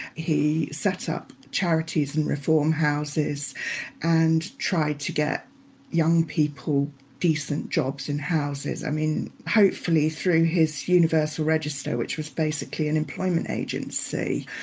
he set up charities and reform houses and tried to get young people decent jobs in houses, i mean, hopefully, through his universal register, which was basically an employment agency,